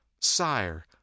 Sire